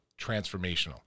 transformational